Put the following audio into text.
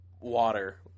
water